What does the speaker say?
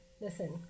Listen